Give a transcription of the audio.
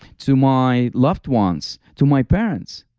to my loved ones, to my parents?